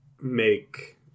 make